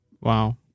Wow